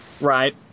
right